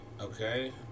Okay